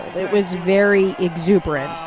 it was very exuberant.